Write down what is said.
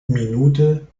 minute